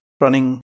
running